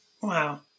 Wow